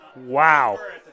Wow